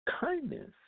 kindness